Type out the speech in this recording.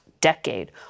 decade